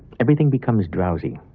everything becomes drowsy.